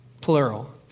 plural